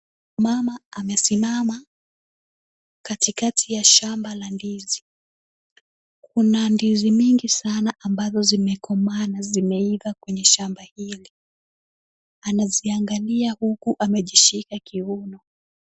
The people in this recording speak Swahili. Mama amesimama katikati ya shamba la ndizi. Kuna ndizi mingi sana ambazo zimekomaa na zimeiva kwenye shamba hili. Anaziangalia huku amejishika kiuno.